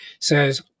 says